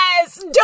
yes